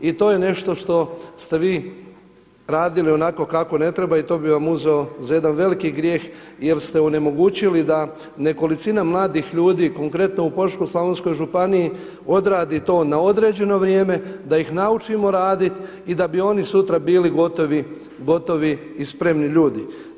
I to je nešto što ste vi radili onako kako ne treba i to bi vam uzeo za jedan veliki grijeh jer ste onemogućili da nekolicina mladih ljudi konkretno u Požeško-slavonskoj županiji odradi to na određeno vrijeme, da ih naučimo raditi i da bi oni sutra bili gotovi i spremni ljudi.